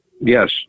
Yes